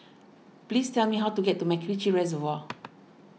please tell me how to get to MacRitchie Reservoir